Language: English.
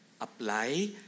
apply